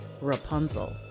Rapunzel